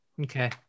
Okay